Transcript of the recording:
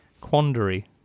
quandary